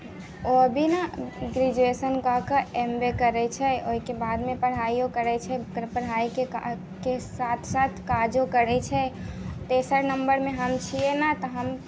ओ अभी ने ग्रेजुएशन कऽ कऽ एम ए करै छै ओहिके बादमे पढ़ाइओ करै छै पढ़ाइके साथ साथ काजो करै छै तेसर नम्बरमे हम छिए ने तऽ हम